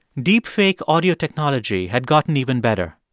deepfake audio technology had gotten even better.